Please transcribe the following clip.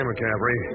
McCaffrey